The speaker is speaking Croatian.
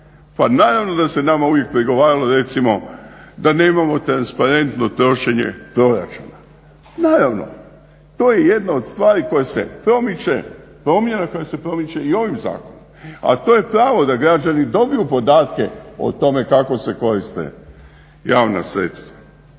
pa naravno da se nama uvijek prigovaralo recimo da nemamo transparentno trošenje proračuna. Naravno, to je jedna od stvari koja se promiče i ovim zakonom. A to je pravo da građani dobiju podatke o tome kako se koriste javna sredstva.